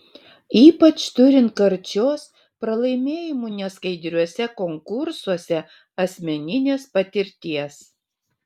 ypač turint karčios pralaimėjimų neskaidriuose konkursuose asmeninės patirties